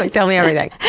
like tell me everything.